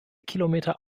kilometer